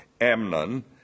Amnon